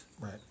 Right